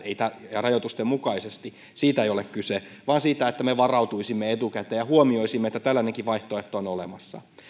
rajoitusten mukaisesti siitä ei ole kyse vaan siitä että me varautuisimme etukäteen ja huomioisimme että tällainenkin vaihtoehto on olemassa